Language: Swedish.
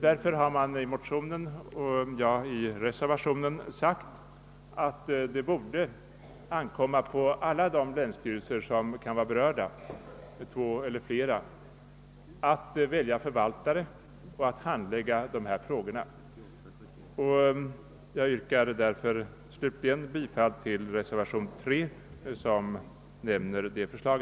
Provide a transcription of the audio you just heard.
Därför har motionärerna och jag i reservationen sagt att det borde ankomma på alla de länsstyrelser som kan vara berörda — två eller flera — att välja förvaltare att handlägga de här frågorna. Jag yrkar därför slutligen bifall till reservation III, som innehåller detta förslag.